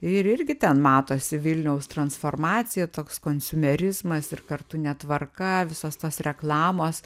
ir irgi ten matosi vilniaus transformacija toks konsiumerizmas ir kartu netvarka visos tos reklamos